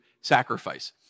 sacrifice